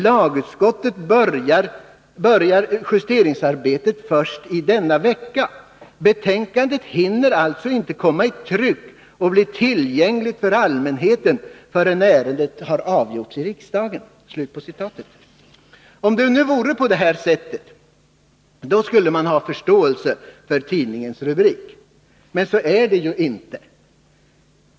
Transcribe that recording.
Lagutskottet börjar justeringsarbetet först i denna vecka. Betänkandet hinner alltså inte komma i tryck och bli tillgängligt för allmänheten förrän ärendet redan har avgjorts i riksdagen.” Om det vore på det här sättet skulle man ha förståelse för tidningens rubrik. Men så är det ju inte.